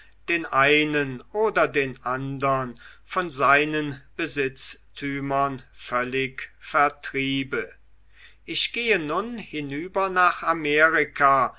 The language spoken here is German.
den einen oder den andern von seinen besitztümern völlig vertriebe ich gehe nun hinüber nach amerika